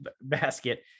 basket